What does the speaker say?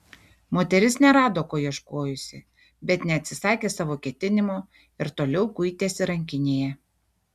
moteris nerado ko ieškojusi bet neatsisakė savo ketinimo ir toliau kuitėsi rankinėje